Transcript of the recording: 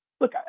look